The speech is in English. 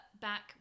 back